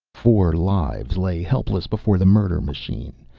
four lives lay helpless before the murder machine,